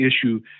issue